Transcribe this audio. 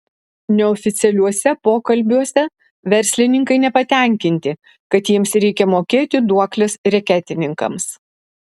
neoficialiuose pokalbiuose verslininkai nepatenkinti kad jiems reikia mokėti duokles reketininkams